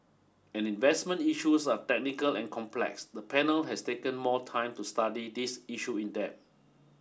as investment issues are technical and complex the panel has taken more time to study this issue in depth